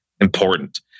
important